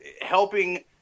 helping